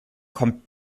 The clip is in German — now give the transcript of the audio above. kommt